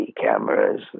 cameras